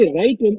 right